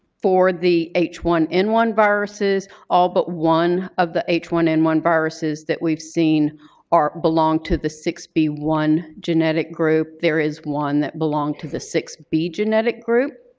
for the h one n one viruses, all but one of the h one n one viruses that we've seen belong to the six b one genetic group. there is one that belonged to the six b genetic group.